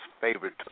favorite